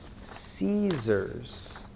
Caesars